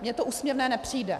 Mně to úsměvné nepřijde.